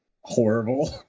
horrible